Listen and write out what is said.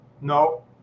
no